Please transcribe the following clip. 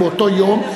באותו יום,